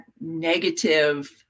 negative